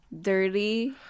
dirty